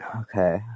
Okay